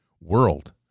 world